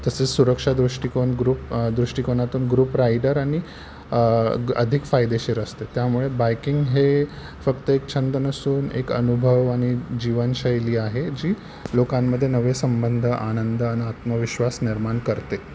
तसेच सुरक्षा दृष्टिकोन ग्रुप दृष्टिकोनातून ग्रुप रायडर आणि अधिक फायदेशीर असते त्यामुळे बायकिंग हे फक्त एक छंद नसून एक अनुभव आणि जीवनशैली आहे जी लोकांमध्ये नवे संबंध आनंद आणि आत्मविश्वास निर्माण करते